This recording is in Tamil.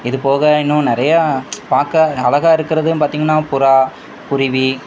இது போக இன்னும் நிறையா பார்க்க அழகா இருக்கிறது பார்த்தீங்கன்னா புறா குருவி